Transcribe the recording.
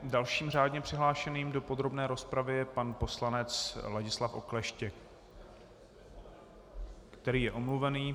Dalším řádně přihlášeným do podrobné rozpravy je pan poslanec Ladislav Okleštěk, který je omluvený.